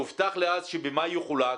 שהובטח לי אז שבמאי יחולק.